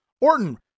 Orton